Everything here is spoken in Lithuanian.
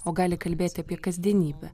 o gali kalbėti apie kasdienybę